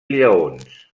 lleons